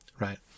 Right